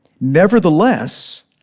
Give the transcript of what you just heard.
Nevertheless